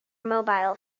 mobile